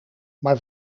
maar